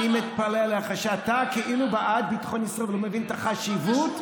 אני מתפלא עליך שאתה כאילו בעד ביטחון ישראל ולא מבין את החשיבות,